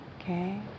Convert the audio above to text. okay